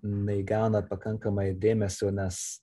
neįgauna pakankamai dėmesio nes